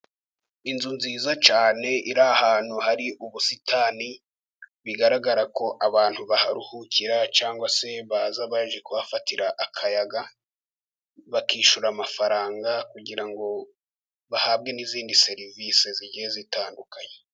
Inzu nziza cyane, iri ahantu hari ubusitani, bigaragara ko abantu baharuhukira cyangwa se baza baje kuhafatira akayaga, bakishyura amafaranga kugira ngo bahabwe n'izindi serivisi zigiye zitandukanye.